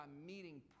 meeting